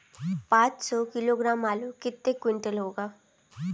पाँच सौ किलोग्राम आलू कितने क्विंटल होगा?